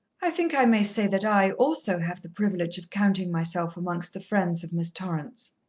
i think i may say that i, also, have the privilege of counting myself amongst the friends of miss torrance.